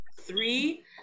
three